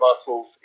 muscles